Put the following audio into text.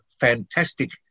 fantastic